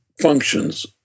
functions